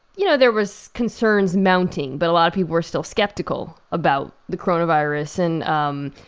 you know, there was concerns mounting but a lot of people were still skeptical about the coronavirus. and, um